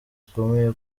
gakomeye